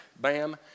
Bam